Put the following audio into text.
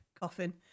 coffin